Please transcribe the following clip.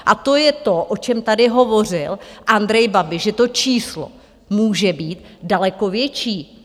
A to je to, o čem tady hovořil Andrej Babiš, že to číslo může být daleko větší.